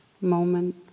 moment